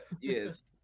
Yes